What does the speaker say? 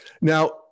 Now